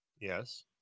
Yes